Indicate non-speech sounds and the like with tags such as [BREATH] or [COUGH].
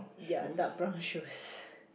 ya dark brown shoes [BREATH]